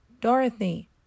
Dorothy